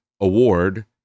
award